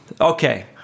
okay